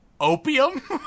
opium